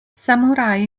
samurai